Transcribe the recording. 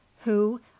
who